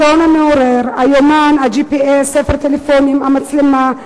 השעון המעורר, היומן, ה-GPS, ספר טלפונים, מצלמה,